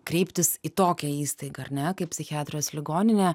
kreiptis į tokią įstaigą ar ne kaip psichiatrijos ligoninė